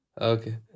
Okay